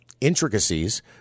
intricacies